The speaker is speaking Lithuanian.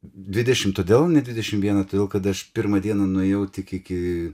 dvidešimt todėl ne dvidešimt vieną todėl kad aš pirmą dieną nuėjau tik iki